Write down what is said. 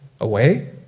away